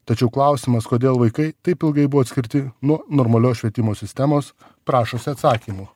tačiau klausimas kodėl vaikai taip ilgai buvo atskirti nuo normalios švietimo sistemos prašosi atsakymų